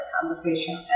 conversation